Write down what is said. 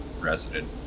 resident